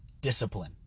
discipline